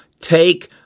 take